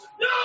No